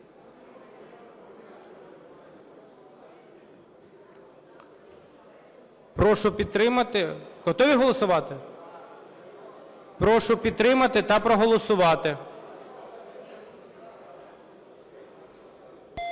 Прошу підтримати та проголосувати.